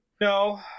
No